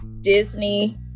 Disney